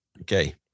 Okay